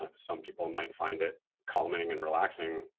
some people might find it calming and relaxing,